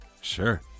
sure